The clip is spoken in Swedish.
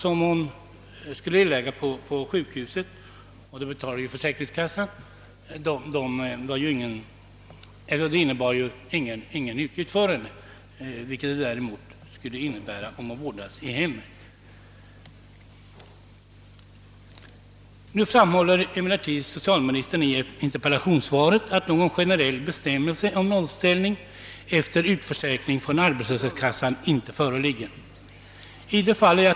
De kronor om dagen som sjukhusvistelsen kostade och som sjukkassan betalade medförde för henne inga utgifter, vilket däremot vård i hemmet skulle göra. Nu framhåller socialministern i interpellationssvaret att någon generell bestämmelse om nollställning i sjukkassan efter utförsäkring i arbetslöshetskassan inte föreligger.